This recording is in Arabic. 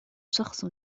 شخص